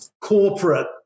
corporate